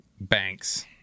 Banks